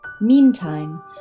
Meantime